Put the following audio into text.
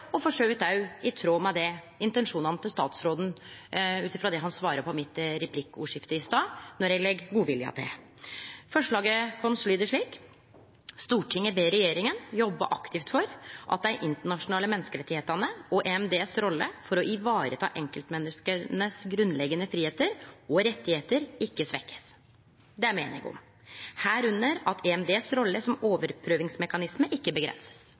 og for så vidt òg i tråd med det som er intensjonen til statsråden – ut frå det han svarte i replikkordskiftet med meg i stad – når eg legg godviljen til. Forslaget vårt lyder slik: «Stortinget ber regjeringen jobbe aktivt for at de internasjonale menneskerettighetene og Den europeiske menneskerettsdomstols rolle for og i ivareta enkeltmenneskenes grunnleggende friheter og rettigheter ikke svekkes, herunder at EMDs rolle som overprøvingsmekanisme ikke begrenses.»